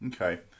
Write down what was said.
Okay